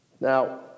Now